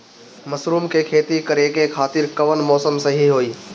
Mushroom के खेती करेके खातिर कवन मौसम सही होई?